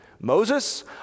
Moses